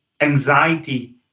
anxiety